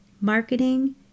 marketing